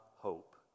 hope